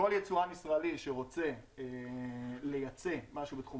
כל ייצואן ישראלי שרוצה לייצא משהו בתחום